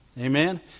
amen